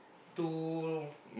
to